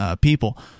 people